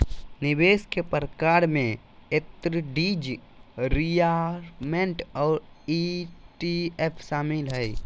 निवेश के प्रकार में एन्नुटीज, रिटायरमेंट और ई.टी.एफ शामिल हय